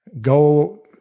go